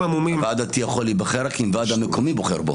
ועד דתי יכול להיבחר רק אם הוועד המקומי בוחר בו.